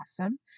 awesome